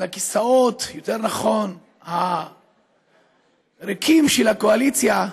יותר נכון על הכיסאות הריקים של הקואליציה,